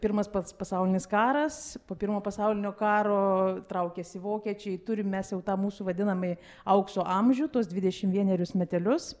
pirmas pats pasaulinis karas po pirmojo pasaulinio karo traukiasi vokiečiai turim mes jau tą mūsų vadinami aukso amžių tuos dvidešim vienerius metelius